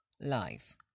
life